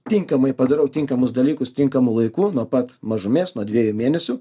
tinkamai padarau tinkamus dalykus tinkamu laiku nuo pat mažumės nuo dviejų mėnesių